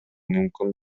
мүмкүн